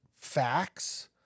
facts